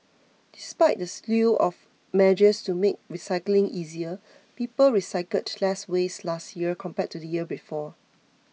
despite the slew of measures to make recycling easier people recycled less waste last year compared to the year before